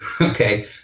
Okay